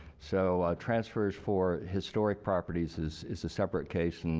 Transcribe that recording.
so transfers for historic properties is is a separate case. and